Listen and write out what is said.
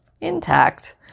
intact